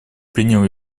принял